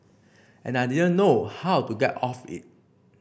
and I didn't know how to get off it